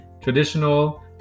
traditional